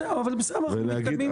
אבל בסדר, אנחנו מתקדמים.